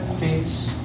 peace